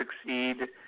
succeed